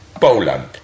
Poland